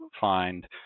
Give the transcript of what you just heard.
find